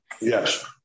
Yes